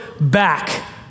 back